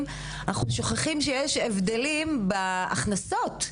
אנחנו שוכחים שיש הבדלים בהכנסות.